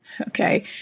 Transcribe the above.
okay